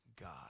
God